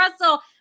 Russell